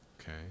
okay